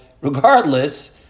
regardless